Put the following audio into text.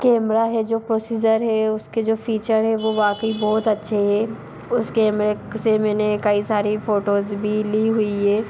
camera है जो procedure है उसके जो फीचर है वो वाकई बहुत अच्छे है उस कैमरे से मैंने कई सारी फोटोज भी ली हुई है